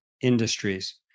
industries